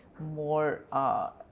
more